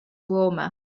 warmer